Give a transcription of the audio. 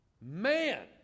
man